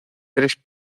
tres